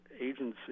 agencies